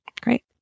Great